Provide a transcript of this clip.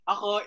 Ako